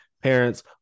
Parents